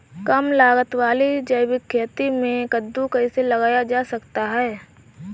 कम लागत वाली जैविक खेती में कद्दू कैसे लगाया जा सकता है?